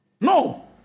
No